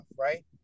right